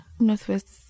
Northwest